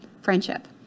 friendship